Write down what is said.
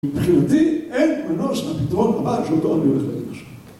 מבחינתי אין מנוס מהפתרון הבא שאותו אני הולך להגיד עכשיו